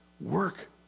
Work